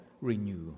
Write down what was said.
renew